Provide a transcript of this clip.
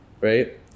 right